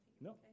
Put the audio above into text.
No